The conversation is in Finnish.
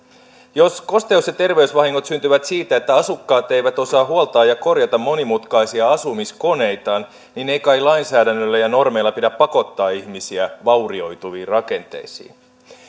jos kosteus ja terveysvahingot syntyvät siitä että asukkaat eivät osaa huoltaa ja korjata monimutkaisia asumiskoneitaan niin ei kai lainsäädännöllä ja normeilla pidä pakottaa ihmisiä vaurioituviin rakenteisiin